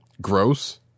gross